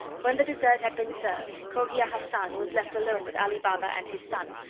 when the dessert had been served, cogia hassan was left alone with ali baba and his son,